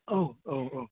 औ औ औ